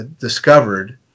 discovered